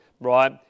right